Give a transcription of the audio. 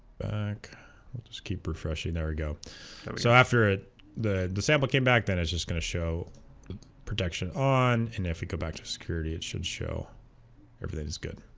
back we'll just keep refreshing there we go so after it the the sample came back then it's just going to show protection on and if we go back to security it should show everything is good